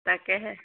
তাকেহে